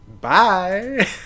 Bye